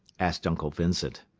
asked uncle vincent.